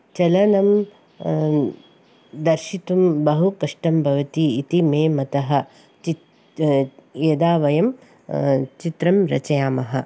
चलनं दर्शितुं बहु कष्टं भवति इति मे मतः चित् यदा वयं चित्रं रचयामः